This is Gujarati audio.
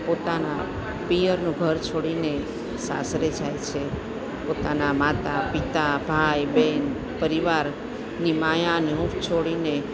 પોતાના પિયરનું ઘર છોડીને સાસરે જાય છે પોતાના માતા પિતા ભાઈ બેન પરિવાર ની માયા ને હુંફ છોડીને